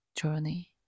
journey